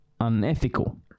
unethical